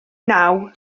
naw